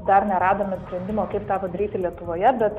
dar neradome sprendimo kaip tą padaryti lietuvoje bet